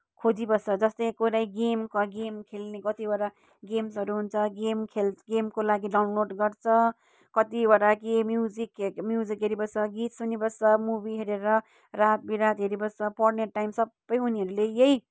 खोजिबस्छ जस्तै कुनै game game खेल्ने कत्तिवटा गेम्सहरू हुन्छ गेम्स खेल गेमको लागि डाउनलोड गर्छ कत्तिवटा के म्युजिकहरू म्युजिक हेरिबस्छ गीत सुनिबस्छ मुबी हेरेर रात विरात हेरिबस्छ पढ्ने टाइम सबै उनीहरूले यही